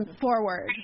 forward